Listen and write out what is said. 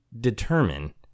determine